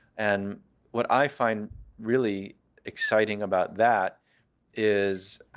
and what i find really exciting about that is,